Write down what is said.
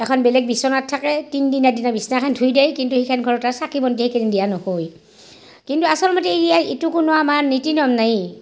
এখন বেলেগ বিচনাত থাকে তিন দিনৰ দিনা বিচনাখন ধুই দেই কিন্তু সেইখান ঘৰত আৰু চাকি বন্তি সেইকেদিন দিয়া নহয় কিন্তু আচল মতে ইয়াৰ এইটো কোনো আমাৰ নীতি নিয়ম নাইয়েই